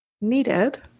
needed